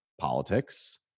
politics